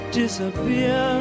disappear